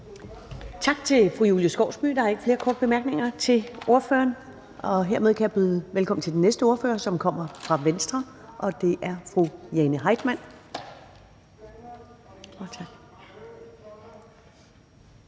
Tak til fru Julie Skovsby. Der er ikke flere korte bemærkninger til ordføreren, og hermed kan jeg byde velkommen til den næste ordfører, som kommer fra Venstre, og det er fru Jane Heitmann.